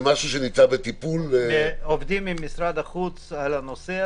זה משהו שנמצא בטיפול --- עובדים עם משרד החוץ על העניין הזה.